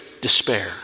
despair